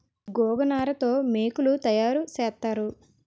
గోగనార తో మోకులు తయారు సేత్తారు